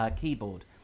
keyboard